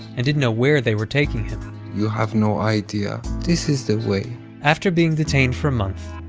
and didn't know where they were taking him you have no idea. this is the way after being detained for a month,